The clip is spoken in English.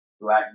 Black